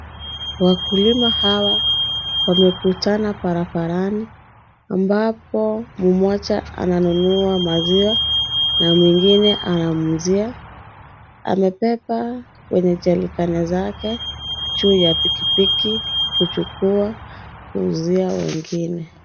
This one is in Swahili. Wakulima hawa wamekutana barabarani, ambapo mmoja ananunua maziwa na mwingine anamuuzia. Amebeba kwenye jerikani zake juu ya pikipiki kuchukua kuuzia wengine.